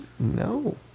No